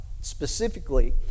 specifically